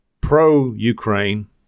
pro-Ukraine